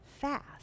fast